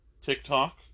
TikTok